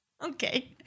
Okay